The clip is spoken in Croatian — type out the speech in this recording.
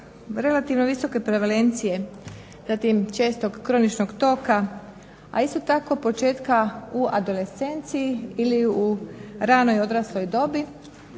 relativno visoke provilencije, zatim čestog kroničnog toka, a isto tako početka u adolescenciji, ili u ranoj odrasloj dobi